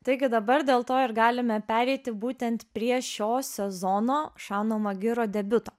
taigi dabar dėl to ir galime pereiti būtent prie šio sezono žano magiro debiuto